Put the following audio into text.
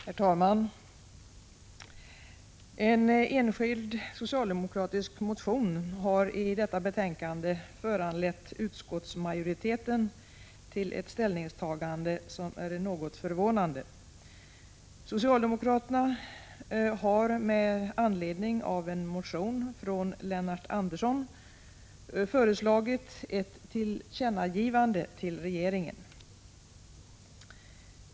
Herr talman! En enskild socialdemokratisk motion har i detta betänkande föranlett utskottsmajoriteten till ett ställningstagande som är något förvånande. Socialdemokraterna har med anledning av en motion från Lennart Andersson m.fl. föreslagit ett tillkännagivande till regeringen.